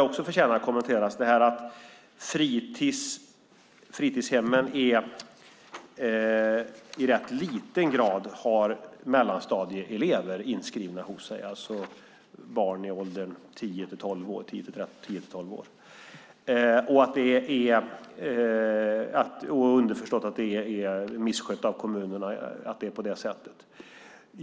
också förtjänar att kommenteras, nämligen att fritidshemmen i rätt liten grad har mellanstadieelever inskrivna hos sig, alltså barn i åldern tio till tolv år. I frågan finns underförstått att detta missköts av kommunerna och att det är därför det ser ut som det gör.